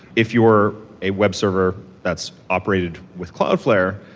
if you're a web server that's operated with cloudflare,